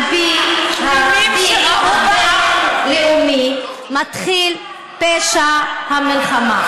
על פי הדין הבין-לאומי, מתחיל פשע המלחמה.